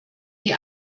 die